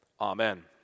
amen